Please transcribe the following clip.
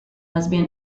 lesbian